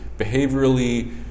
behaviorally